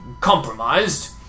compromised